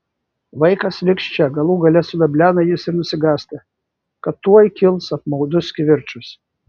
vaikas liks čia galų gale suveblena jis ir nusigąsta kad tuoj kils apmaudus kivirčas